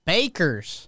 Bakers